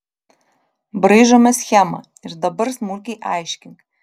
braižome schemą ir dabar smulkiai aiškink